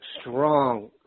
strong